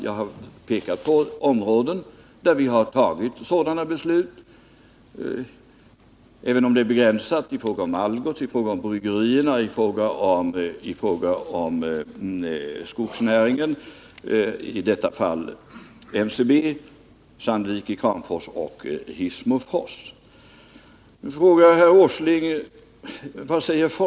Jag pekade på områden där vi har fattat sådana beslut, även om de är begränsade. Jag nämnde Algots, bryggerierna, skogsnäringen — i detta fall NCB —, Sandvik i Kramfors och Hissmofors. Nu frågar herr Åsling vad folkpartiet säger om detta.